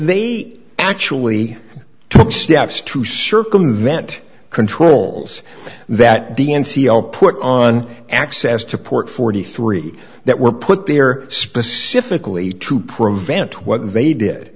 they actually took steps to circumvent controls that the n c l put on access to port forty three that were put there specifically to prevent what they did